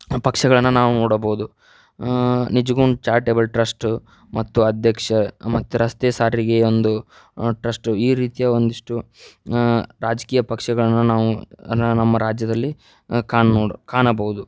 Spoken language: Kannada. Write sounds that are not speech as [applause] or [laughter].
ಪಕ್ಷಗಳನ್ನು ನಾವು ನೋಡಬಹುದು ನಿಜ್ಗುಣ ಚಾರಿಟೇಬಲ್ ಟ್ರಸ್ಟು ಮತ್ತು ಅಧ್ಯಕ್ಷ ಮತ್ತೆ ರಸ್ತೆ ಸಾರಿಗೆ ಒಂದು ಟ್ರಸ್ಟು ಈ ರೀತಿಯ ಒಂದಿಷ್ಟು ರಾಜಕೀಯ ಪಕ್ಷಗಳನ್ನು ನಾವು [unintelligible] ನಮ್ಮ ರಾಜ್ಯದಲ್ಲಿ ಕಾಣ್ ನೋಡ ಕಾಣಬಹುದು